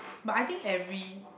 but I think every